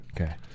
Okay